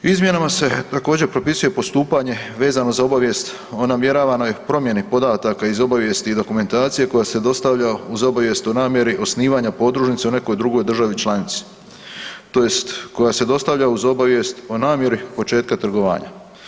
Izmjenama se također propisuje postupanje vezano za obavijest o namjeravanoj promjeni podataka iz obavijesti i dokumentacije koja se dostavlja uz obavijest o namjeri osnivanja podružnice u nekoj drugoj državi članici tj. koja se dostavlja uz obavijest o namjeri početka trgovanja.